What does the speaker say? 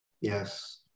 Yes